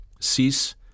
Cease